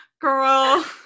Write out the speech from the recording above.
Girl